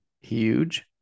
Huge